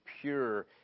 pure